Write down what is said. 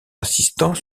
assistant